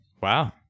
Wow